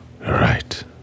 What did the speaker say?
Right